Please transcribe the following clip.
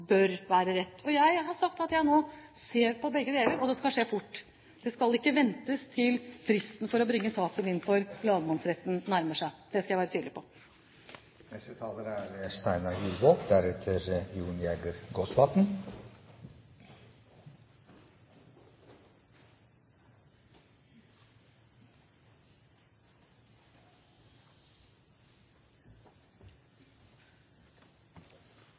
bør være rett. Jeg har sagt at jeg nå ser på begge deler, og det skal skje fort. En skal ikke vente til fristen for å bringe saken inn for lagmannsretten nærmer seg. Det skal jeg være tydelig på.